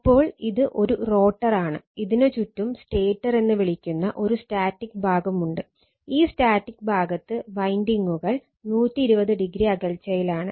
അപ്പോൾ ഇത് ഒരു റോട്ടറാണ് ഇതിനു ചുറ്റും സ്റ്റേറ്റർ എന്ന് വിളിക്കുന്ന ഒരു സ്റ്റാറ്റിക് ഭാഗം ഉണ്ട് ഈ സ്റ്റാറ്റിക് ഭാഗത്ത് വൈൻഡിംഗുകൾ 120o അകൽച്ചയിലാണ്